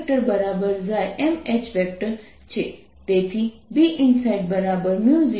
તેથી આપણી પાસે સિલિન્ડરની અંદર Vr0અને સિલિન્ડરની બહાર Vr આ બિંદુ ની સમાન છે